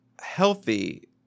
healthy